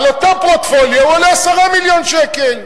על אותו פורטפוליו הוא עושה 10 מיליון שקל.